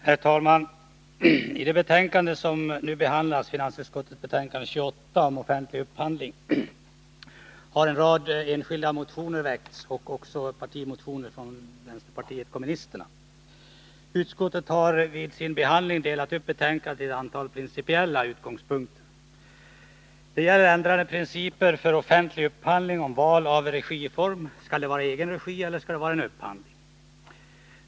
Herr talman! I det betänkande som nu diskuteras, finansutskottets betänkande 28 om offentlig upphandling, har en rad enskilda motioner och också en partimotion från vänsterpartiet kommunisterna tagits upp till behandling. Utskottet har vid sin behandling delat upp betänkandet i ett antal principiella utgångspunkter. Det gäller ändrade principer för offentlig upphandling som avser val av regiform: Skall det vara egenregi eller skall det vara upphandling?